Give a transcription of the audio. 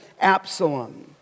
Absalom